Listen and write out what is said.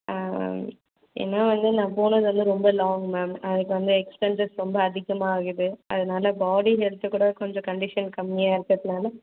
ஆ ma'am ஏன்னால் வந்து நான் போனது வந்து ரொம்ப லாங் மேம் அதுக்கு வந்து எக்ஸ்பென்சஸ் ரொம்ப அதிகமாகுது அதனால பாடி ஹெல்த் கூட கொஞ்சம் கண்டிஷன் கம்மியாக இருக்கிறதுனால